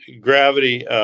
gravity